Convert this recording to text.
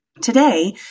Today